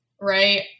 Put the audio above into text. right